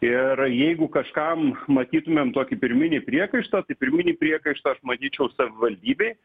ir jeigu kažkam matytumėm tokį pirminį priekaištą tai pirminį priekaištą aš matyčiau savivaldybei